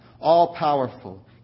all-powerful